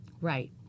right